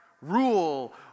rule